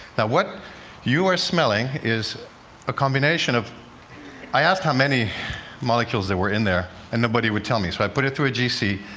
what you are smelling is a combination of i asked how many molecules there were in there, and nobody would tell me. so i put it through a g c,